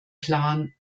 klaren